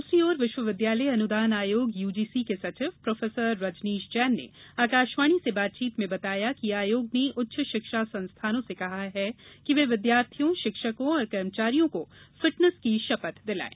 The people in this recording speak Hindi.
दूसरी ओर विश्वविद्यालय अनुदान आयोग यूजीसी के सचिव प्रोफेसर रजनीश जैन ने आकाशवाणी से बातचीत में बताया कि आयोग ने उच्च शिक्षा संस्थानों से कहा है कि वे विद्यार्थियों शिक्षकों और कर्मचारियों को फिटनेस की शपथ दिलाएं